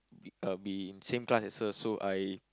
be uh be in same class as her so I